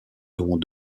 dons